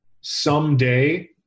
Someday